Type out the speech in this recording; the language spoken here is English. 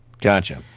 Gotcha